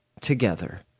together